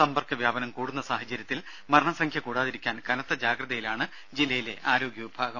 സമ്പർക്ക വ്യാപനം കൂടുന്ന സാഹചര്യത്തിൽ മരണസംഖ്യ കൂടാതിരിക്കാൻ കനത്ത ജാഗ്രതയിലാണ് ജില്ലയിലെ ആരോഗ്യ വിഭാഗം